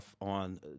on